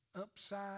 upside